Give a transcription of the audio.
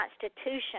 Constitution